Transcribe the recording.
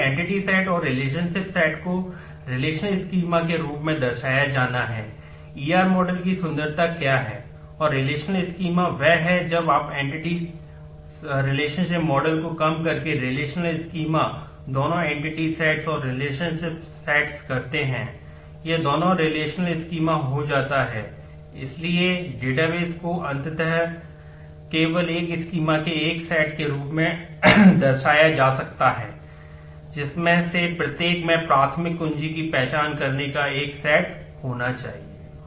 इसलिए entity set होना चाहिए